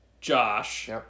josh